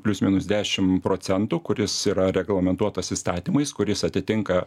plius minus dešim procentų kuris yra reglamentuotas įstatymais kuris atitinka